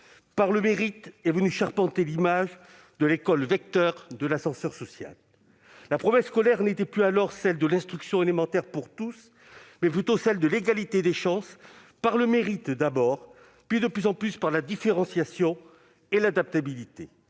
par le mérite est venue charpenter l'image de l'école vectrice de l'ascenseur social. La promesse scolaire était alors non plus celle de l'instruction élémentaire pour tous, mais plutôt celle de l'égalité des chances, par le mérite tout d'abord, puis de plus en plus par la différenciation et l'adaptabilité.